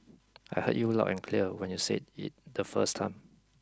I heard you loud and clear when you said it the first time